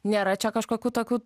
nėra čia kažkokių tokių